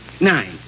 nine